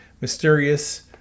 mysterious